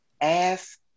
Ask